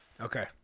okay